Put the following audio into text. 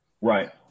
Right